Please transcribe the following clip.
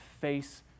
face